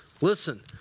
listen